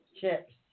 Chips